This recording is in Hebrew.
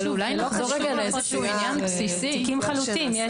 אלה תיקים חלוטים.